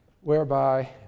whereby